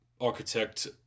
architect